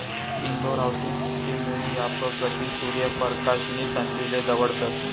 Indore housing system मुये यापक गती, सूर्य परकाश नी संधीले दवडतस